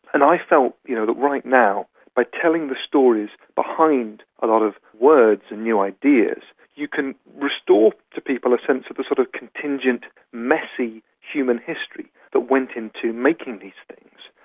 and i felt you know that right now by telling the stories behind a lot of words and new ideas, you can restore to people a sense of the sort of contingent, messy human history that went into making these things,